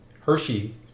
Hershey